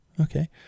Okay